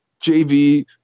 JV